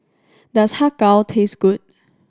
does Har Kow taste good